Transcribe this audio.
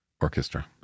Orchestra